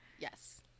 yes